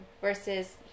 versus